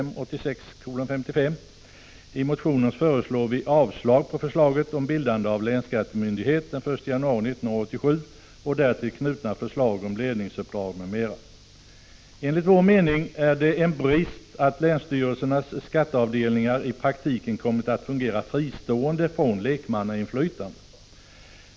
I motionen föreslår vi avslag på förslaget om bildande av länsskattemyndighet den 1 januari 1987 och därtill knutna förslag om ledningsuppdrag m.m. Enligt vår mening är det en brist att länsstyrelsernas skatteavdelningar i praktiken kommit att fungera fristående från lekmannainflytande.